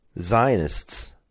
Zionists